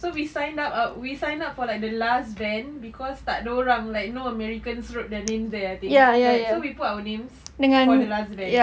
so we sign up we sign up for like the last van cause tak ada orang like no americans wrote their names there I think right so we put names for the last van